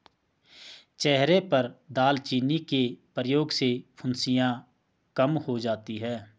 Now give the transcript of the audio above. चेहरे पर दालचीनी के प्रयोग से फुंसियाँ कम हो जाती हैं